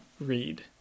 read